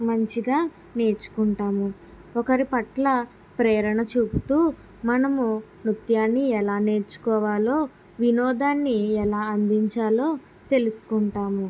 మంచిగా నేర్చుకుంటాము ఒకరు పట్ల ప్రేరణ చూపుతూ మనం నృత్యాన్ని ఎలా నేర్చుకోవాలో వినోదాన్ని ఎలా అందించాలో తెలుసుకుంటాము